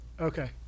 Okay